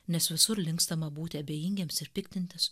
nes visur linkstama būti abejingiems ir piktintis